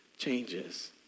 Changes